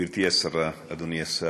גברתי השרה, אדוני השר,